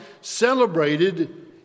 celebrated